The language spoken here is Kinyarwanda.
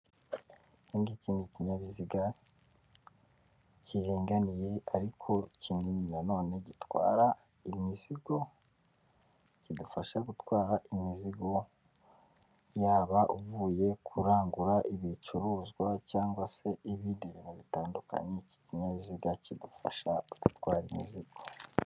Iki ngiki ni ikinyabiziga kiringaniye ariko kinini nanone gitwara imizigo, kidufasha gutwara imizigo yaba uvuye kurangura ibicuruzwa, cyangwa se ibindi bintu bitandukanye, iki kinyabiziga kidufasha gutwara imizigo.